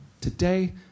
Today